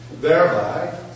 Thereby